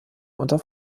unter